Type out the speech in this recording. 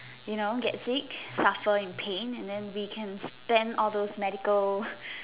you know get sick suffer in pain and then we can spend all those medical